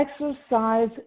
Exercise